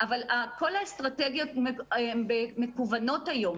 אבל כל האסטרטגיות הן מקוונות היום